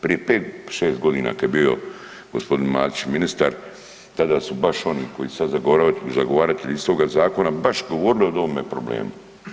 Prije pet, šest godina kada je bio gospodin Matić ministar tada su baš oni koji su sad zagovaratelji istoga zakona baš govorili o ovome problemu.